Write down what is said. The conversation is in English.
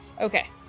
Okay